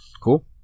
Cool